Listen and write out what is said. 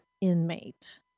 inmate